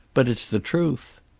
but it's the truth.